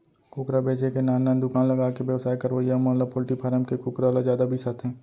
कुकरा बेचे के नान नान दुकान लगाके बेवसाय करवइया मन पोल्टी फारम के कुकरा ल जादा बिसाथें